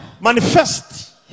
manifest